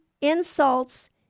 insults